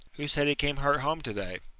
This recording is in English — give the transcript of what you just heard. who said he came hurt home to-day?